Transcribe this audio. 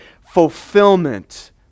fulfillment